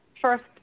First